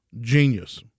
Genius